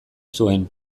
zuen